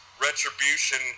Retribution